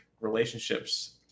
relationships